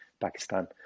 Pakistan